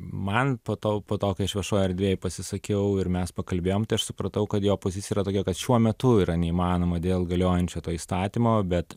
man po to po to kai aš viešoje erdvėje pasisakiau ir mes pakalbėjom tai aš supratau kad jo pozicija yra tokia kad šiuo metu yra neįmanoma dėl galiojančio to įstatymo bet